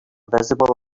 visible